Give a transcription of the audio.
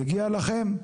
מגיע לכם,